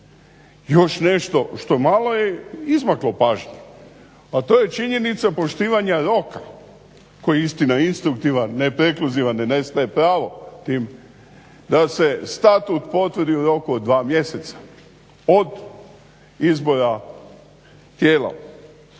Još nešto što je malo izmaklo pažnji, a to je činjenica poštivanja roka koji istina instruktivan ne prekluzivan da nestaje pravo tim da se statut potvrdi u roku od 2 mjeseca od izbora tijela,